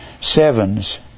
sevens